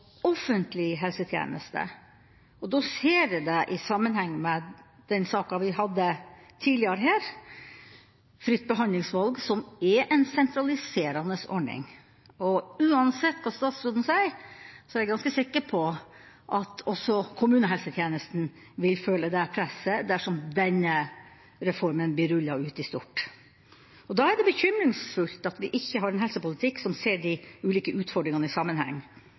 offentlig helsetjeneste, og da ser jeg det i sammenheng med den saken vi hadde tidligere her om fritt behandlingsvalg, som er en sentraliserende ordning. Uansett hva statsråden sier, er jeg ganske sikker på at også kommunehelsetjenesten vil føle det presset dersom denne reformen blir rullet ut i stort. Da er det bekymringsfullt at vi ikke har en helsepolitikk som ser de ulike utfordringene i sammenheng,